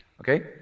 Okay